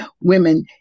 women